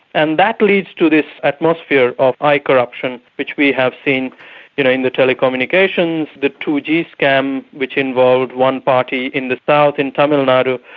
and that leads to this atmosphere of high corruption which we have seen in in the telecommunications, the two g scam, which involved one party in the south, in tamil nadu,